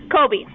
Kobe